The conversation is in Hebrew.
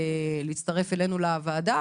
להצטרף אלינו לוועדה.